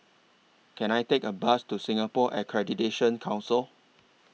Can I Take A Bus to Singapore Accreditation Council